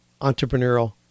entrepreneurial